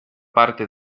parte